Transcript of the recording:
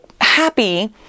happy